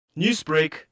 Newsbreak